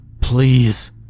please